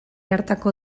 hartako